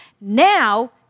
Now